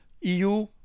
EU